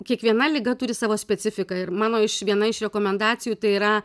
kiekviena liga turi savo specifiką ir mano iš viena iš rekomendacijų tai yra